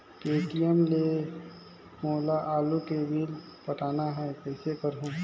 Paytm ले मोला आलू के बिल पटाना हे, कइसे करहुँ?